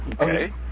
Okay